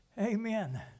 Amen